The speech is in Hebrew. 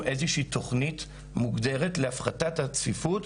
איזושהי תוכנית מוגדרת להפחתת הצפיפות,